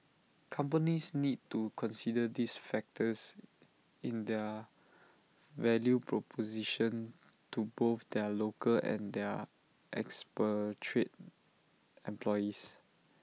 companies need to consider these factors in their value proposition to both their local and their expatriate employees